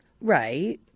Right